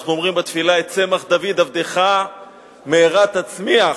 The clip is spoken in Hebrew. אנחנו אומרים בתפילה: "את צמח דוד עבדך מהרה תצמיח",